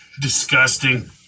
Disgusting